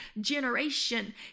generation